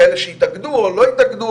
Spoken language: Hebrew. כאלה שהתאגדו או לא התאגדו.